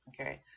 okay